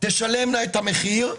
תשלמנה את המחיר,